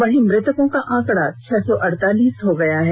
वहीं मृतकों का आंकड़ा छह सौ अड़तालीस हो गया है